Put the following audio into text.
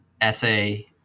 essay